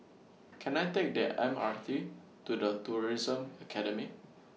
Can I Take The M R T to The Tourism Academy